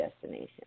destination